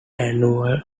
annual